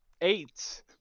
Eight